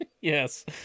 Yes